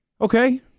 Okay